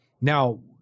Now